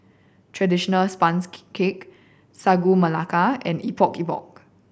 traditional sponges cake Sagu Melaka and Epok Epok